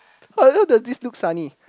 I look that this look sunny